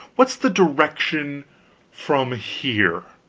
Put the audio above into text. what's the direction from here?